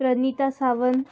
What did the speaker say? Pranita Sawant